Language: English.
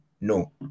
No